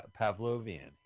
Pavlovian